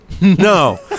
No